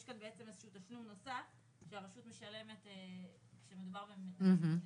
יש כאן בעצם איזה שהוא תשלום נוסף שהרשות משלמת כשמדובר במתנדב בודד.